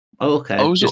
Okay